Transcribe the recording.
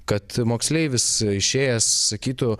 kad moksleivis išėjęs sakytų